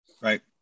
Right